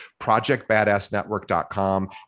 ProjectBadassNetwork.com